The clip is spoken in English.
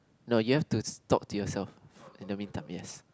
no you have to talk to yourself in the mean time yes